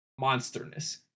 monsterness